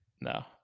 no